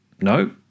No